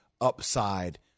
upside